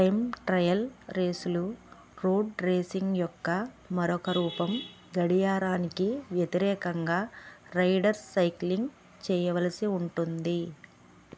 time trial రేసులు road racing యొక్క మరొక రూపం గడియారానికి వ్యతిరేకంగా రైడర్ సైక్లింగ్ చేయవలసి ఉంటుంది